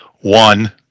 one